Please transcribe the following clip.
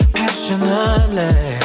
passionately